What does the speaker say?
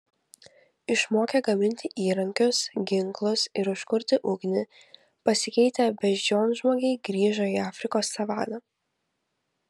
išmokę gaminti įrankius ginklus ir užkurti ugnį pasikeitę beždžionžmogiai grįžo į afrikos savaną